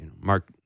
Mark